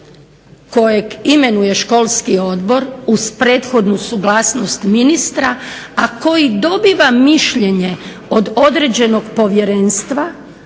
kojeg imenuje školski odbor uz prethodnu suglasnost ministra a koji dobiva mišljenje od određenog povjerenstva